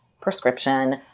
prescription